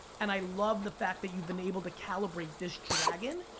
and i love the fact that you've been able to calibrate this dragon,